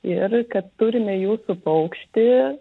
ir kad turime jūsų paukštį